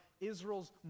Israel's